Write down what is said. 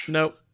Nope